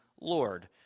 Lord